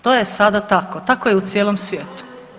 To je sada tako, tako je i u cijelom svijetu.